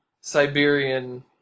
Siberian